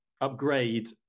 upgrade